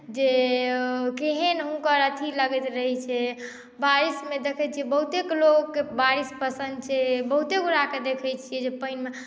जे केहन हुनकर अथी लगैत रहैत छै बारिशमे देखैत छियै बहुतेक लोककेँ बारिश पसन्द छै बहुते गोटाकेँ देखैत छियै जे पानिमे